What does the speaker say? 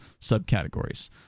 subcategories